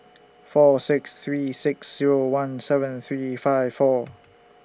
four six three six Zero one seven three five four